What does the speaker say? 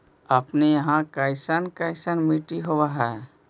अपने यहाँ कैसन कैसन मिट्टी होब है?